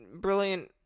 brilliant